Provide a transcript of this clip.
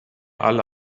alle